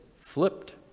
flipped